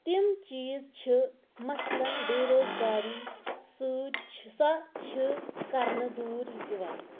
تِم چیٖز چھِ مثلاً بے روزگاری سۭتۍ سۄ چھِ کرنہٕ دوٗر یِوان